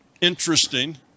interesting